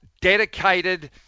dedicated